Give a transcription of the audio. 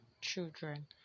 children